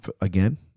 again